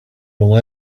will